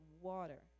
water